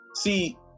See